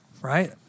Right